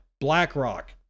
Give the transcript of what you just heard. BlackRock